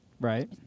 Right